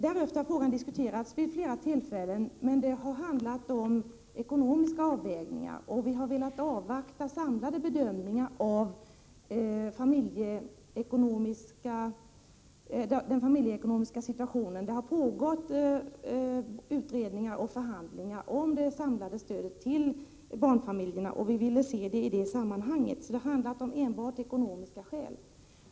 Därefter har frågan diskuterats vid flera tillfällen, men det har då handlat om ekonomiska avvägningar. Vi har velat avvakta samlade bedömningar av den familjeekonomiska situationen. Det har pågått utredningar och förhandlingar om det samlade stödet till barnfamiljerna, och vi ville se det här i det sammanhanget. Det har alltså enbart varit fråga om ekonomiska skäl.